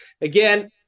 again